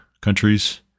countries